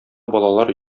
балалар